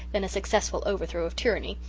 than a successful overthrow of tyranny,